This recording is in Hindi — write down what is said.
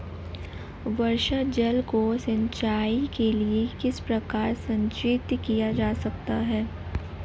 वर्षा जल को सिंचाई के लिए किस प्रकार संचित किया जा सकता है?